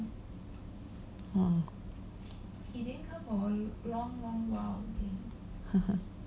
oh